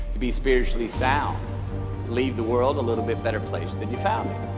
to be spiritually sound leave the world a little bit better place than you found